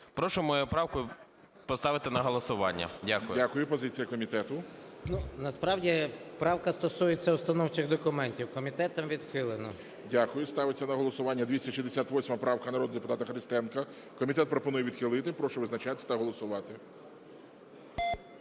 Прошу мою правку поставити на голосування. Дякую. ГОЛОВУЮЧИЙ. Дякую. Позиція комітету. 11:27:49 СОЛЬСЬКИЙ М.Т. Насправді правка стосується установчих документів. Комітетом відхилено. ГОЛОВУЮЧИЙ. Дякую. Ставиться на голосування 268 правка народного депутата Христенка. Комітет пропонує відхилити. Прошу визначатись та голосувати.